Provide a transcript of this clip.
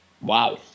Wow